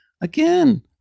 again